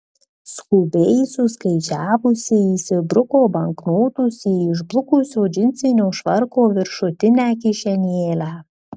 skubiai suskaičiavusi įsibruko banknotus į išblukusio džinsinio švarko viršutinę kišenėlę